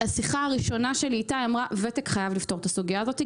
בשיחה הראשונה שלי איתה היא אמרה שוותק חייב לפתור את הסוגיה הזאת.